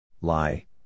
Lie